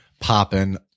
popping